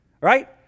Right